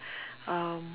um